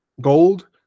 Gold